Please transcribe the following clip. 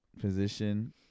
Position